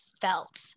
felt